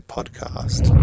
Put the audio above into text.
Podcast